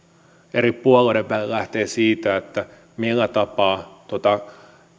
eri puolueiden välillä lähtevät siitä millä tapaa tuota